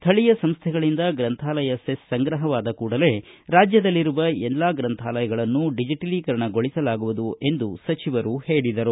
ಸ್ವಳೀಯ ಸಂಸ್ಥೆಗಳಿಂದ ಗ್ರಂಥಾಲಯ ಸೆಸ್ ಸಂಗ್ರಹವಾದ ಕೂಡಲೇ ರಾಜ್ಯದಲ್ಲಿರುವ ಎಲ್ಲಾ ಗ್ರೆಂಥಾಲಯಗಳನ್ನು ಡಿಜಟಲೀಕರಣಗೊಳಿಸಲಾಗುವುದು ಎಂದು ಅವರು ಹೇಳಿದರು